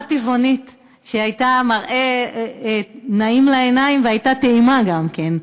טבעונית שהייתה מראה נעים לעיניים והייתה טעימה גם כן.